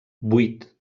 vuit